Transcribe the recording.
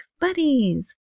Buddies